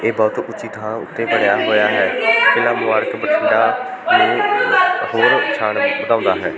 ਇਹ ਬਹੁਤ ਉੱਚੀ ਥਾਂ ਉੱਤੇ ਬਣਿਆ ਹੋਇਆ ਹੈ ਕਿਲ੍ਹਾ ਮੁਬਾਰਕ ਬਠਿੰਡਾ ਦੀ ਹੋਰ ਸ਼ਾਨ ਵਧਾਉਂਦਾ ਹੈ